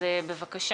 בבקשה.